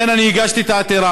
לכן אני הגשתי את העתירה,